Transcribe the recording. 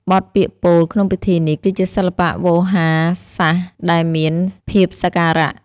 បទពាក្យពោលក្នុងពិធីនេះ គឺជាសិល្បៈវោហារសាស្ត្រដែលមានភាពសក្ការៈ។